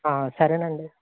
సరేనండి